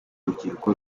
rubyiruko